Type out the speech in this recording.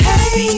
Hey